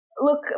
Look